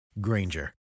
Granger